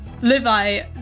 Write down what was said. Levi